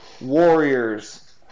Warriors